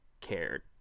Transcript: cared